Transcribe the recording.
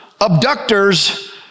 abductor's